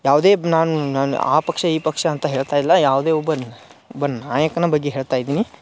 ಯಾವುದೇ ನಾನು ನಾನು ಆ ಪಕ್ಷ ಈ ಪಕ್ಷ ಅಂತ ಹೇಳ್ತಾ ಇಲ್ಲ ಯಾವುದೇ ಒಬ್ಬನ ಒಬ್ಬ ನಾಯಕನ ಬಗ್ಗೆ ಹೇಳ್ತಾ ಇದೀನಿ